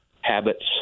habits